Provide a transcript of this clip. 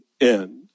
end